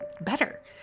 better